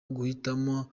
guhitamo